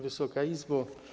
Wysoka Izbo!